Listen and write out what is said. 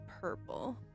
purple